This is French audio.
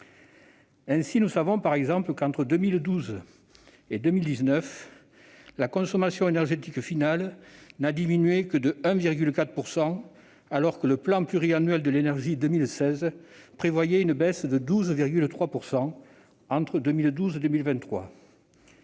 Ainsi, nous le savons, entre 2012 et 2019, la consommation énergétique finale n'a diminué que de 1,4 %, alors que le plan pluriannuel de l'énergie 2016 prévoyait une baisse de 12,3 % entre 2012 et 2023.